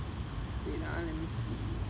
wait ah let me see